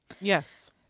Yes